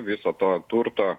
viso to turto